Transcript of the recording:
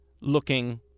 looking